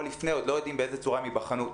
לפני עוד לא יודעים באיזו צורה הם ייבחנו.